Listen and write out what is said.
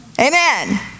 Amen